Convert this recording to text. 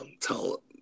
tell